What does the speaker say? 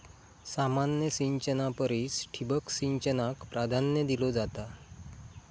सामान्य सिंचना परिस ठिबक सिंचनाक प्राधान्य दिलो जाता